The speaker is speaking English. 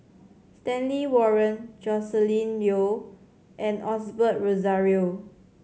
Stanley Warren Joscelin Yeo and Osbert Rozario